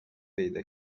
پیدا